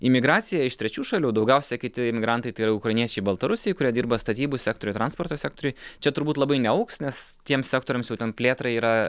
imigracija iš trečių šalių daugiausiai kiti imigrantai tai yra ukrainiečiai baltarusiai kurie dirba statybų sektoriuj transporto sektoriuj čia turbūt labai neaugs nes tiems sektoriams jau ten plėtrai yra